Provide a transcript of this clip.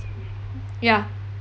ya